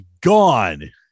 gone